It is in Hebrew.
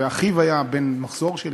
ואחיו היה בן מחזור שלי,